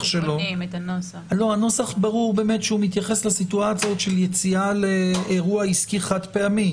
הנוסח ברור באמת שהוא מתייחס לסיטואציות של יציאה לאירוע עסקי חד פעמי.